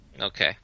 okay